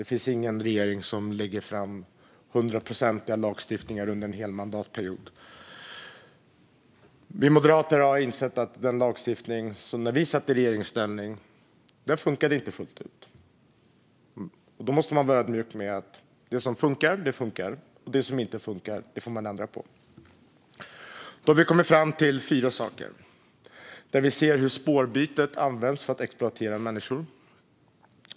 Det finns ingen regering som lägger fram hundraprocentiga lagstiftningar under en hel mandatperiod. Vi moderater har insett att den lagstiftning vi tog fram i regeringsställning inte funkade fullt ut. Då måste man vara ödmjuk med att det som funkar, det funkar, och det som inte funkar får man ändra på. Då har vi kommit fram till fyra saker. Vi ser hur spårbytet används för att exploatera människor.